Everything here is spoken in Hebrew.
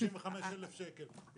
55,000 שקל.